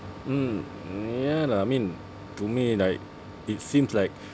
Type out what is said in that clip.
mm ya lah I mean to me like it seems like